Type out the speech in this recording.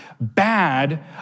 bad